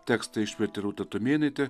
tekstą išvertė rūta tumėnaitė